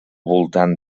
voltant